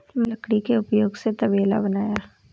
मैंने लकड़ी के उपयोग से तबेला बनाया